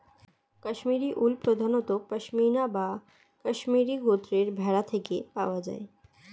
Kashmiri wool প্রধানত পশমিনা বা কাশ্মীরি গোত্রের ভেড়া থেকে পাওয়া যায়